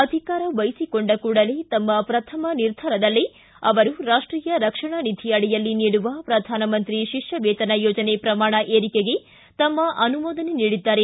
ಅಧಿಕಾರ ವಹಿಸಿಕೊಂಡ ಕೂಡಲೇ ತಮ್ಮ ಪ್ರಥಮ ನಿರ್ಧಾರದಲ್ಲೇ ಅವರು ರಾಷ್ವೀಯ ರಕ್ಷಣಾ ನಿಧಿ ಅಡಿಯಲ್ಲಿ ನೀಡುವ ಪ್ರಧಾನಮಂತ್ರಿ ಶಿಷ್ಕ ವೇತನ ಯೋಜನೆ ಪ್ರಮಾಣ ಏರಿಕೆಗೆ ತಮ್ಮ ಅನುಮೋದನೆ ನೀಡಿದ್ದಾರೆ